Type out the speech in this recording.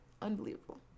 Unbelievable